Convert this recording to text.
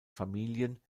familien